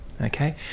okay